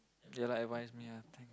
ya lah advise me lah thank